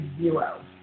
zero